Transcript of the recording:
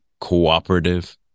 cooperative